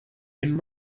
and